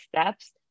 steps